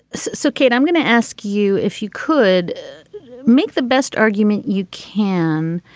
so, kate, i'm going to ask you if you could make the best argument you can